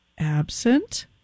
Absent